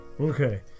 Okay